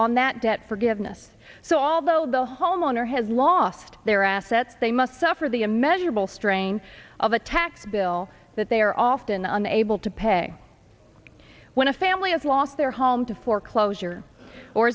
on that debt forgiveness so although the homeowner has lost their assets they must suffer the a measurable strain of a tax bill that they are often unable to pay when a family has lost their home to foreclosure or